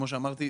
כמו שאמרתי,